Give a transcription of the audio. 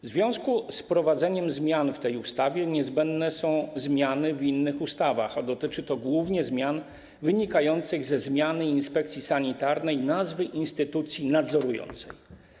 W związku z wprowadzeniem zmian w tej ustawie niezbędne są zmiany w innych ustawach, a dotyczy to głównie zmian wynikających ze zmiany inspekcji sanitarnej, dotyczącej nazwy instytucji nadzorującej.